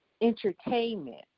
entertainment